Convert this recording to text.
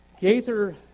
Gaither